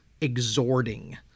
exhorting